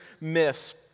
miss